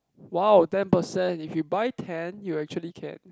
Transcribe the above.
wow ten percent if you buy ten you actually can